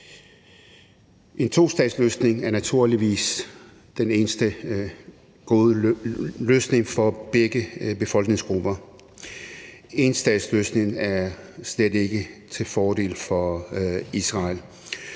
En tostatsløsning er naturligvis den eneste gode løsning for begge befolkningsgrupper. Enstatsløsningen er slet ikke til fordel for Israel.